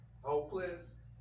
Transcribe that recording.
Hopeless